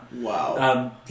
wow